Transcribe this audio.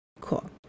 Cool